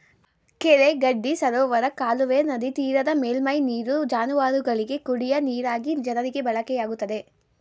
ಕೆರೆ ಗಡ್ಡಿ ಸರೋವರ ಕಾಲುವೆಯ ನದಿತೀರದ ಮೇಲ್ಮೈ ನೀರು ಜಾನುವಾರುಗಳಿಗೆ, ಕುಡಿಯ ನೀರಾಗಿ ಜನರಿಗೆ ಬಳಕೆಯಾಗುತ್ತದೆ